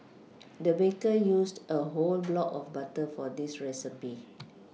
the baker used a whole block of butter for this recipe